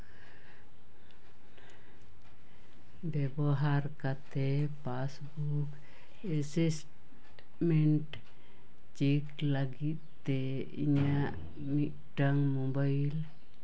ᱵᱮᱵᱚᱦᱟᱨ ᱠᱟᱛᱮᱫ passbook statement check ᱞᱟᱹᱜᱤᱫ ᱛᱮ ᱤᱧᱟᱹᱜ ᱢᱤᱫᱴᱟᱝ ᱢᱳᱵᱟᱭᱤᱞ